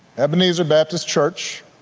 ebenezer baptist church